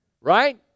right